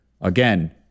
again